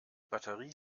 batterie